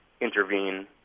intervene